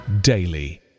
daily